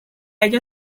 ello